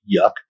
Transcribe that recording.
yuck